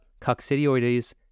coccidioides